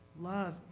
love